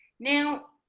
now